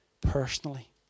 personally